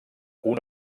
una